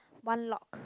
one lock